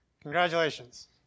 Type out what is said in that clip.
Congratulations